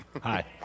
Hi